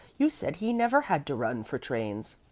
you said he never had to run for trains.